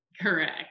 Correct